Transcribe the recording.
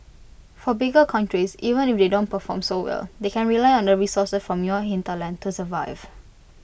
for bigger countries even they don't perform so well they can rely on the resources from your hinterland to survive